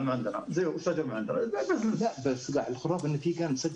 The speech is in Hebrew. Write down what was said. ואני מצטרף למה שאמרו חברי הכנסת.